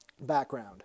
background